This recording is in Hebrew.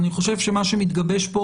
אני חושב שמה שמתגבש פה,